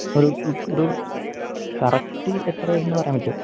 ഒരു ഒരു കറക്ട് എത്ര വരും എന്ന് പറയാൻ പറ്റുമോ